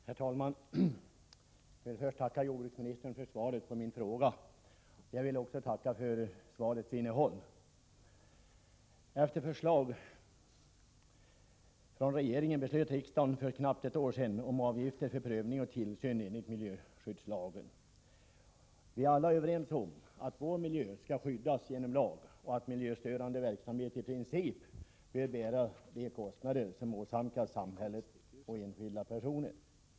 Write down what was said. Herr talman! Först vill jag tacka jordbruksministern för svaret på min fråga. Jag vill också tacka för svarets innehåll. Efter förslag från regeringen beslöt riksdagen för knappt ett år sedan om avgifter för prövning och tillsyn enligt miljöskyddslagen. Vi är alla överens om att vår miljö skall skyddas genom lag och att miljöförstörande verksamhet i princip bör bära de kostnader som åsamkas samhället och enskilda personer.